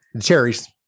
cherries